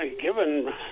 Given